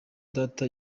data